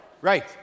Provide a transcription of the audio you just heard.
right